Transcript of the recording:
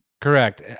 Correct